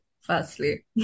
firstly